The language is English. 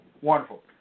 Wonderful